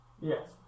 Yes